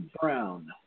Brown